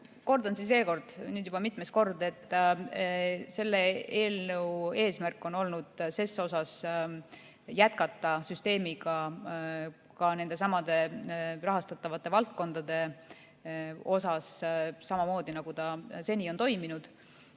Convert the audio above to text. Kordan siis veel, nüüd juba mitmes kord, et selle eelnõu eesmärk on olnud jätkata süsteemiga ka nendesamade rahastatavate valdkondade osas samamoodi, nagu seni on toimunud.